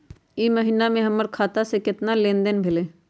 ई महीना में हमर खाता से केतना लेनदेन भेलइ?